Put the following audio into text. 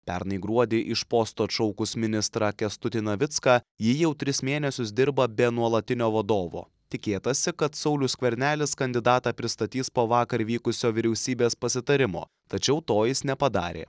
pernai gruodį iš posto atšaukus ministrą kęstutį navicką ji jau tris mėnesius dirba be nuolatinio vadovo tikėtasi kad saulius skvernelis kandidatą pristatys po vakar vykusio vyriausybės pasitarimo tačiau to jis nepadarė